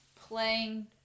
playing